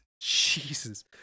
Jesus